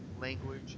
language